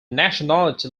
nationality